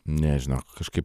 ne žinok kažkaip